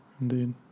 indeed